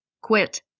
quit